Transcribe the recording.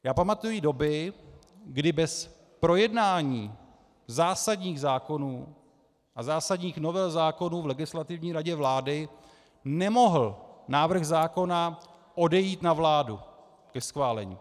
Já pamatuji doby, kdy bez projednání zásadních zákonů a zásadních novel zákonů v Legislativní radě vlády nemohl návrh zákona odejít na vládu ke schválení.